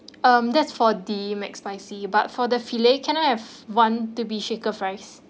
um that's for the McSpicy but for the fillet can I have one to be shaker fries